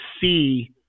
see –